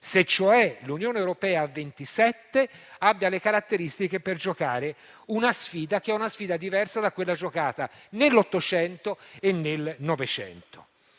cioè se l'Unione europea a 27 abbia le caratteristiche per giocare una sfida che è diversa da quella giocata nell'Ottocento e nel Novecento.